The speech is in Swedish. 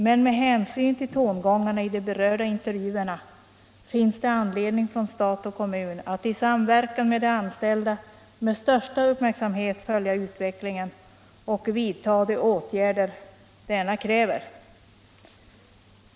Men med hänsyn till tongångarna i de berörda intervjuerna finns det anledning för stat och kommun att i samverkan med de anställda med största uppmärksamhet följa utveck lingen och vidta de åtgärder denna kräver.